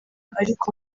ariko